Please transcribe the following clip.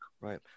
Right